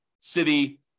city